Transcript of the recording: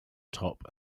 top